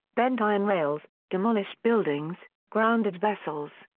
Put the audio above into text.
bent iron rails, demolished buildings, grounded vessels,